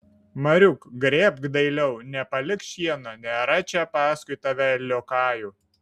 mariuk grėbk dailiau nepalik šieno nėra čia paskui tave liokajų